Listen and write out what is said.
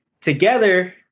together